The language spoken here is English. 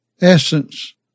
essence